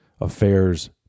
affairs